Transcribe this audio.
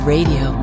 Radio